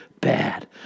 bad